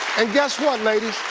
and guess what ladies,